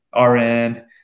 RN